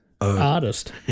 artist